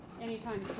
anytime